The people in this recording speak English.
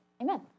Amen